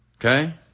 Okay